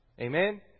Amen